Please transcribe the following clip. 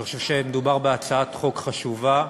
ואני חושב שמדובר בהצעת חוק חשובה.